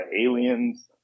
aliens